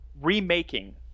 remaking